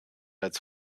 als